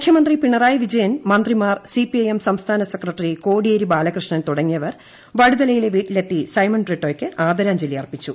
മുഖ്യമന്ത്രി പിണറായി വിജയൻ മന്ത്രിമാർ CPI M സംസ്ഥാന സെക്രട്ടറി കോടിയേരി ബാലകൃഷ്ണൻ തുടങ്ങിയവർ വടുതലയിലെ വീട്ടിലെത്തി സൈമൺ ബ്രിട്ടോയ്ക്ക് ആദരാഞ്ജലി അർപ്പിച്ചു